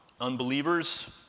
unbelievers